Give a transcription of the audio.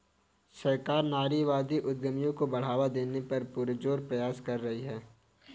सरकार नारीवादी उद्यमियों को बढ़ावा देने का पुरजोर प्रयास कर रही है